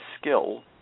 skill